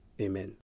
Amen